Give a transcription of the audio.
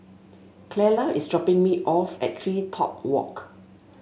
Clella is dropping me off at TreeTop Walk